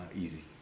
Easy